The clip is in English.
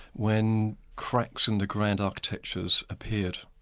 when cracks in the grand architectures appeared.